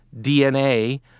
DNA